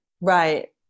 Right